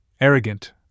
arrogant